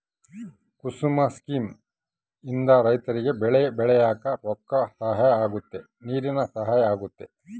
ಕುಸುಮ scheme ಇಂದ ರೈತರಿಗೆ ಬೆಳೆ ಬೆಳಿಯಾಕ ರೊಕ್ಕ ಸಹಾಯ ಅಗುತ್ತ ನೀರಿನ ಸಹಾಯ ಅಗುತ್ತ